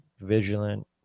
vigilant